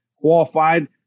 qualified